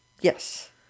yes